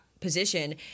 position